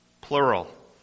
Plural